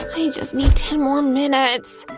i just need ten more minutes.